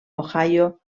ohio